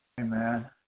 Amen